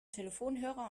telefonhörer